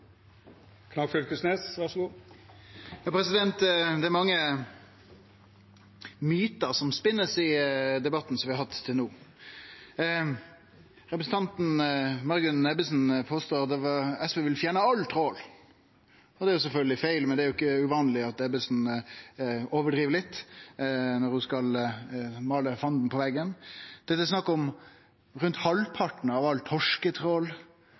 Det er mange mytar som har blitt spunne i den debatten som vi har hatt til no. Representanten Margunn Ebbesen påstår at SV vil fjerne all trål. Det er sjølvsagt feil, men det er ikkje uvanleg at Ebbesen overdriv litt når ho skal måle fanden på veggen. Det er snakk om rundt halvparten av